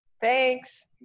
Thanks